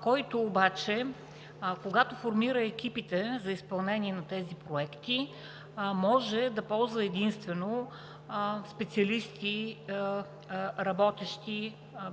който обаче, когато формира екипите за изпълнение на тези проекти, може да ползва единствено специалисти –